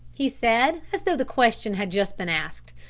he said, as though the question had just been asked.